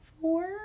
four